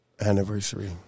Anniversary